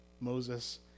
Moses